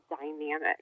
dynamic